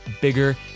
bigger